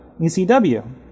ECW